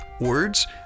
Words